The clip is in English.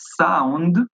sound